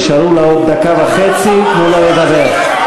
נשארו לה עוד דקה וחצי, תנו לה לדבר.